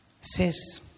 says